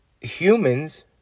humans